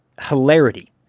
hilarity